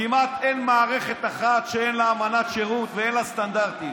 כמעט אין מערכת אחת שאין לה אמנת שירות ואין לה סטנדרטים.